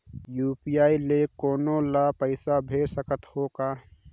UPI ले कोनो ला पइसा भेज सकत हों का?